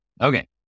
Okay